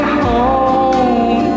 home